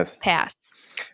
pass